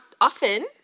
often